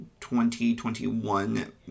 2021